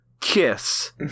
kiss